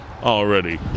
already